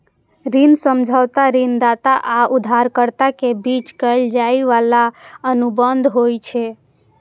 ऋण समझौता ऋणदाता आ उधारकर्ता के बीच कैल जाइ बला अनुबंध होइ छै